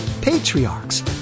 Patriarchs